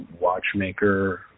watchmaker